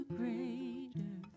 greater